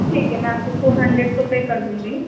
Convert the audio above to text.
ٹھیک ہے میں آپ کو فور ہنڈرینڈ تو پے کردوں گی